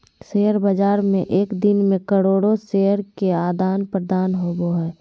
share बाज़ार में एक दिन मे करोड़ो शेयर के आदान प्रदान होबो हइ